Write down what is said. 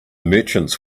merchants